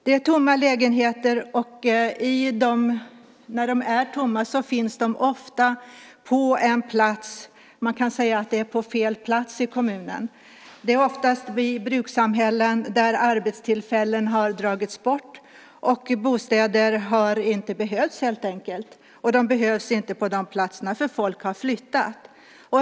Det är tomma lägenheter, och de tomma lägenheterna finns ofta på fel plats i kommunen. Det är ofta vid brukssamhällen där arbetstillfällen har dragits bort och där bostäder helt enkelt inte har behövts. De behövs inte på de platserna, för folk har flyttat.